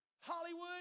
Hollywood